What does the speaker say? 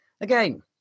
Again